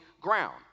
ground